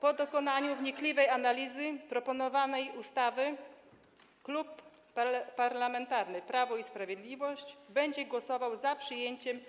Po dokonaniu wnikliwej analizy proponowanej ustawy Klub Parlamentarny Prawo i Sprawiedliwość będzie głosował za przyjęciem